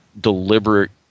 deliberate